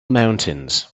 mountains